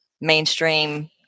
mainstream